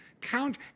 Count